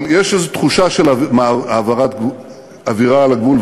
אבל יש איזו תחושה של עבירה על הגבול.